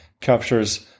captures